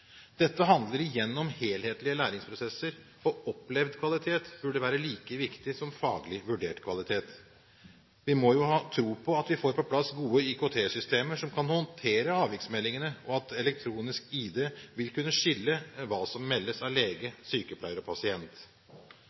Dette handler igjen om helhetlige læringsprosesser, og opplevd kvalitet burde være like viktig som faglig vurdert kvalitet. Vi må ha tro på at vi får på plass gode IKT-systemer som kan håndtere avviksmeldingene, og at elektronisk ID vil kunne skille hva som meldes av lege, sykepleier og pasient.